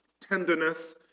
tenderness